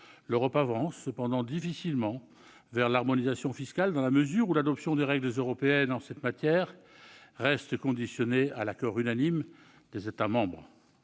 L'Europe avance cependant difficilement vers l'harmonisation fiscale, dans la mesure où l'adoption de règles européennes en la matière reste conditionnée à l'accord unanime des États membres.